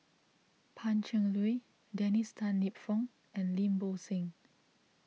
Pan Cheng Lui Dennis Tan Lip Fong and Lim Bo Seng